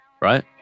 right